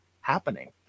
happening